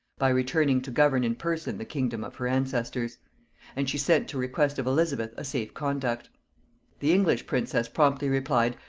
by returning to govern in person the kingdom of her ancestors and she sent to request of elizabeth a safe-conduct. the english princess promptly replied,